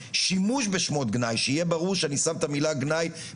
ושיהיה ברור שאני שם את המילה "גנאי"